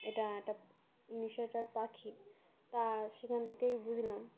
এটা একটানিশাচার পাখি তা সেখান থেকেই বুঝলাম